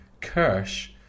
Kirsch